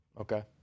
Okay